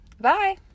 Bye